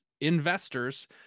investors